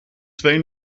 twee